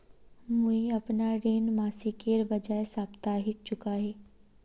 मुईअपना ऋण मासिकेर बजाय साप्ताहिक चुका ही